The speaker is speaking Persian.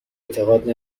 اعتقاد